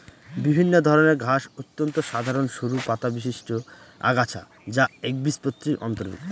বিভিন্ন ধরনের ঘাস অত্যন্ত সাধারন সরু পাতাবিশিষ্ট আগাছা যা একবীজপত্রীর অন্তর্ভুক্ত